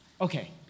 Okay